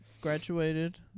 graduated